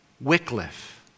Wycliffe